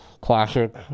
classic